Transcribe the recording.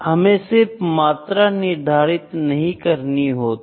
हमें सिर्फ मात्रा निर्धारित नहीं करनी होती